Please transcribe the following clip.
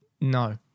No